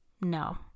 no